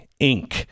inc